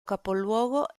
capoluogo